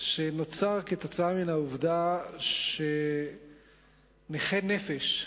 שנוצר עקב העובדה שנכי נפש,